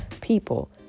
people